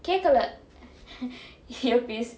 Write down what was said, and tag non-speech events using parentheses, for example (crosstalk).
கேட்கல:kaedkala (laughs) earpiece